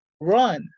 run